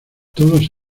todos